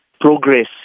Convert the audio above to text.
progress